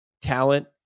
talent